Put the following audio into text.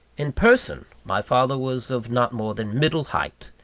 in person, my father was of not more than middle height.